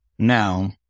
Now